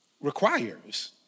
requires